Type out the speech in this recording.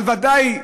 אבל ודאי,